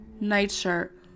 nightshirt